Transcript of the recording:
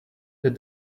that